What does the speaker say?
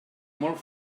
molt